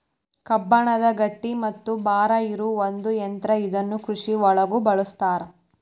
ಕಬ್ಬಣದ ಗಟ್ಟಿ ಮತ್ತ ಭಾರ ಇರು ಒಂದ ಯಂತ್ರಾ ಇದನ್ನ ಕೃಷಿ ಒಳಗು ಬಳಸ್ತಾರ